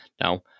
Now